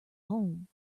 home